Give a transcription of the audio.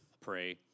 pray